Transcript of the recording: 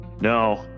no